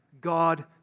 God